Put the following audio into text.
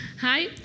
hi